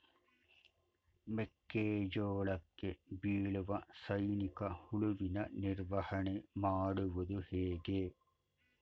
ಮೆಕ್ಕೆ ಜೋಳಕ್ಕೆ ಬೀಳುವ ಸೈನಿಕ ಹುಳುವಿನ ನಿರ್ವಹಣೆ ಮಾಡುವುದು ಹೇಗೆ?